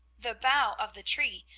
the bough of the tree,